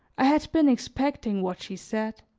i had been expecting what she said